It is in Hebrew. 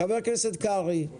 חבר הכנסת קרעי.